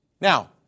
Now